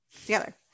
together